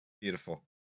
Beautiful